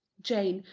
jane,